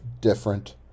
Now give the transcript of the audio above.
different